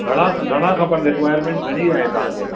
घणा घणा खपंदे रिक्वायरमेंट घणी आहे तव्हांखे